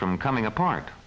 from coming apart